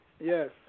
Yes